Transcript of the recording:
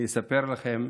אני אספר לכם,